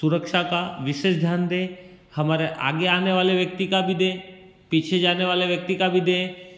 सुरक्षा का विशेष ध्यान दें हमारे आगे आने वाले व्यक्ति का भी दें पीछे जाने वाले व्यक्ति का दें